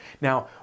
Now